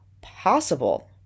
possible